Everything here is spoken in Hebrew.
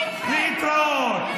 להתראות.